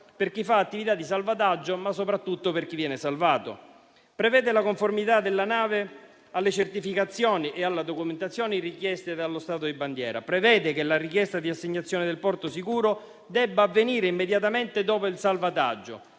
per chi fa attività di salvataggio, ma soprattutto per chi viene salvato. Esso prevede la conformità della nave alle certificazioni e alla documentazione richieste dallo Stato di bandiera e prevede che la richiesta di assegnazione del porto sicuro debba avvenire immediatamente dopo il salvataggio.